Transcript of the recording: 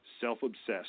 self-obsessed